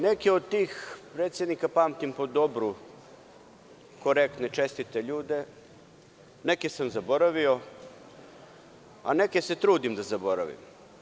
Neke od tih predsednika pamtim po dobru, korektne i čestite ljude, neke sam zaboravio, a neke se trudim da zaboravim.